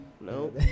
No